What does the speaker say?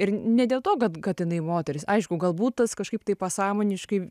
ir ne dėl to kad kad jinai moteris aišku galbūt tas kažkaip tai pasąmoniškai